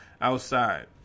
outside